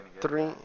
three